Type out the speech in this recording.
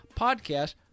podcast